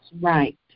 right